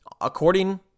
according